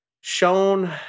shown